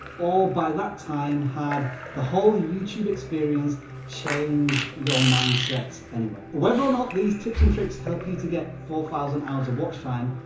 or by that time had the whole youtube experience change your mindset anyway? whether or not these tips and tricks help you to get four thousand hours of watch time,